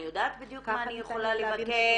אני יודעת בדיוק מה אני יכולה לבקש,